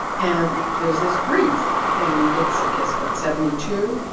and there's this brief, and it's i guess what? seventy two.